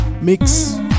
mix